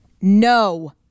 no